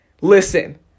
listen